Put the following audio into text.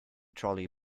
trolley